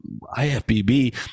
ifbb